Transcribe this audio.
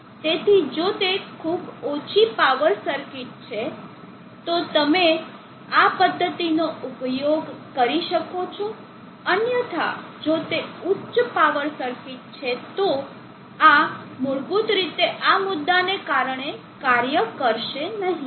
તેથી જો તે ખૂબ ઓછી પાવર સર્કિટ છે તો તમે આ પદ્ધતિનો ઉપયોગ કરી શકો છો અન્યથા જો તે ઉચ્ચ પાવર સર્કિટ છે તો આ મૂળભૂત રીતે આ મુદ્દાને કારણે કાર્ય કરશે નહીં